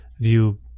view